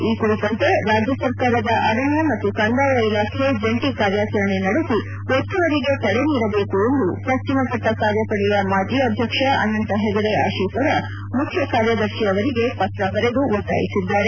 ಈ ಕುರಿತಂತೆ ರಾಜ್ಯ ಸರ್ಕಾರದ ಅರಣ್ಯ ಮತ್ತು ಕಂದಾಯ ಇಲಾಖೆ ಜಂಟಿ ಕಾರ್ಯಚರಣೆ ನಡೆಸಿ ಒತ್ತುವರಿಗೆ ತಡೆನೀಡಬೇಕು ಎಂದು ಪಶ್ಚಿಮಘಟ್ಟ ಕಾರ್ಯಪಡೆಯ ಮಾಜಿ ಅಧ್ಯಕ್ಷ ಅನಂತ ಹೆಗಡೆ ಅಶೀಸರ್ ಮುಖ್ಯಕಾರ್ಯದರ್ಶಿ ಅವರಿಗೆ ಪತ್ರ ಬರೆದು ಒತ್ತಾಯಿಸಿದ್ದಾರೆ